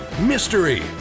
mystery